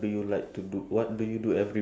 catch up on my sleep